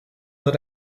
that